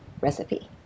recipe